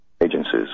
agencies